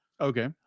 Okay